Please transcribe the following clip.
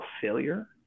failure